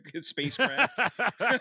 spacecraft